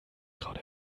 gerade